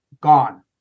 gone